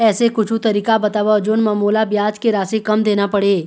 ऐसे कुछू तरीका बताव जोन म मोला ब्याज के राशि कम देना पड़े?